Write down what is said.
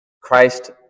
Christ